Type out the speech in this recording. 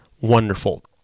Wonderful